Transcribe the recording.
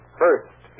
first